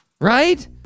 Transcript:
Right